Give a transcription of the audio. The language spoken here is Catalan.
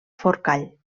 forcall